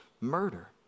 murder